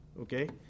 okay